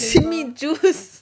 simi juice